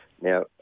Now